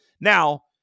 Now